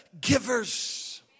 givers